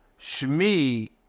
Shmi